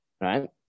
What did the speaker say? right